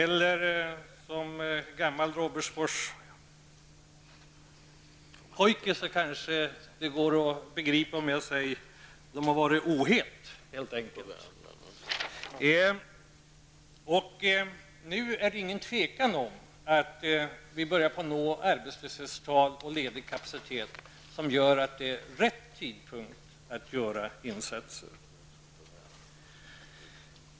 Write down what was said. Men som gammal Robertsforspojke kanske industriministern kan begripa om jag säger att de helt enkelt har varit Nu är det inget tvivel om att vi börjar nå arbetslöshetstal och ledigkapacitet som gör att det är rätt tidpunkt att göra insatser.